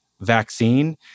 vaccine